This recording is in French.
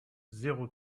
zéro